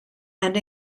and